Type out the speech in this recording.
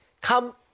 Come